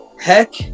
heck